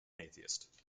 atheist